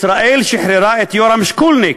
ישראל שחררה את יורם שקולניק,